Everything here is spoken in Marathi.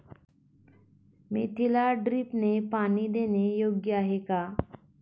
मेथीला ड्रिपने पाणी देणे योग्य आहे का?